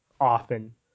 often